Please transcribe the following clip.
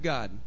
God